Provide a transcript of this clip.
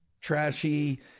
trashy